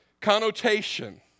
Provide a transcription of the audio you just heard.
connotation